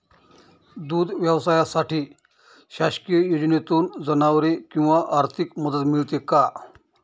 दूध व्यवसायासाठी शासकीय योजनेतून जनावरे किंवा आर्थिक मदत मिळते का?